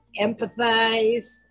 Empathize